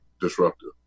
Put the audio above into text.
disruptive